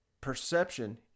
perception